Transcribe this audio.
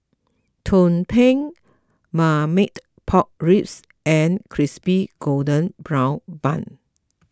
Tumpeng Marmite Pork Ribs and Crispy Golden Brown Bun